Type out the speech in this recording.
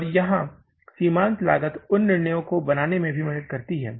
और यहाँ सीमांत लागत उन निर्णयों को बनाने में भी मदद करती है